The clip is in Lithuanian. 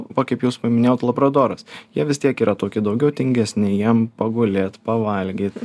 va kaip jūs paminėjot labradoras jie vis tiek yra tokie daugiau tingesni jiem pagulėt pavalgyt